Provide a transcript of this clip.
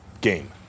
game